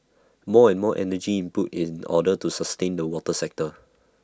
more and more energy input in order to sustain the water sector